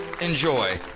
Enjoy